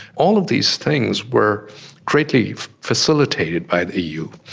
all of these things were greatly facilitated by the eu.